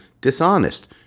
dishonest